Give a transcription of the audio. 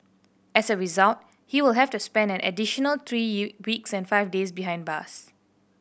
as a result he will have to spend an additional three weeks and five days behind bars